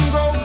go